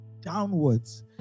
downwards